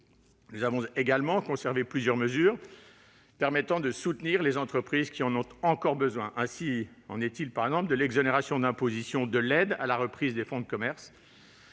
Nous avons également conservé plusieurs mesures permettant de soutenir les entreprises qui en ont encore besoin. Ainsi en est-il de l'exonération d'imposition de l'aide à la reprise des fonds de commerce